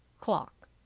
clock